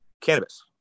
cannabis